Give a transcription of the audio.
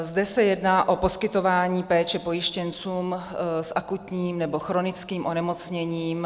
Zde se jedná o poskytování péče pojištěncům s akutním nebo chronickým onemocněním.